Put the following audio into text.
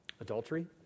adultery